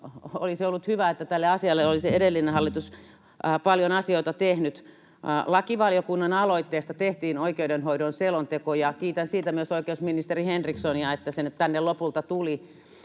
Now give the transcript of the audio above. olisi ollut hyvä, että edellinen hallitus olisi tälle asialle paljon asioita tehnyt. Lakivaliokunnan aloitteesta tehtiin oikeudenhoidon selonteko, ja kiitän siitä myös oikeusministeri Henrikssonia, että se nyt tänne lopulta tuli